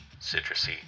citrusy